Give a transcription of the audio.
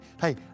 hey